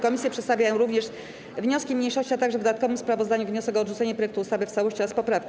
Komisje przedstawiają również wnioski mniejszości, a także w dodatkowym sprawozdaniu wniosek o odrzucenie projektu ustawy w całości oraz poprawki.